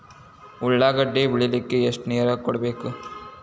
ಉಳ್ಳಾಗಡ್ಡಿ ಬೆಳಿಲಿಕ್ಕೆ ಎಷ್ಟು ನೇರ ಕೊಡಬೇಕು?